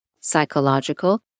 psychological